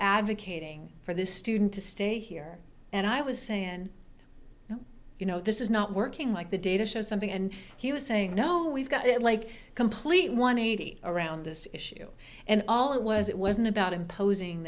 advocating for this student to stay here and i was sayin no you know this is not working like the data shows something and he was saying no we've got it like a complete one eighty around this issue and all it was it wasn't about imposing